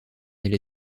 elle